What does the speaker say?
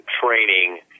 training